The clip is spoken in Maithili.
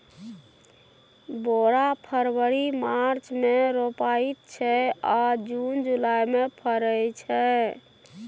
बोरा फरबरी मार्च मे रोपाइत छै आ जुन जुलाई मे फरय छै